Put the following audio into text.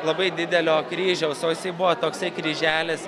labai didelio kryžiaus o jisai buvo toksai kryželis